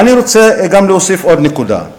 ואני רוצה להוסיף עוד נקודה: